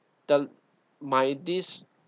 the my this